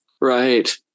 Right